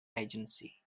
agency